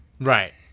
Right